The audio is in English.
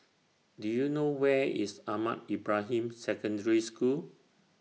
Do YOU know Where IS Ahmad Ibrahim Secondary School